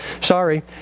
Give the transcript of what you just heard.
Sorry